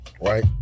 Right